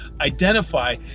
identify